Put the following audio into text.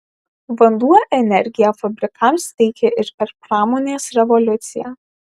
vanduo energiją fabrikams teikė ir per pramonės revoliuciją